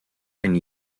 and